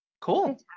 Cool